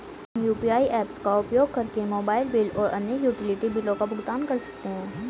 हम UPI apps का उपयोग करके मोबाइल बिल और अन्य यूटिलिटी बिलों का भुगतान कर सकते हैं